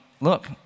look